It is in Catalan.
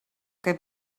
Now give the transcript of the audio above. que